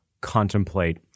contemplate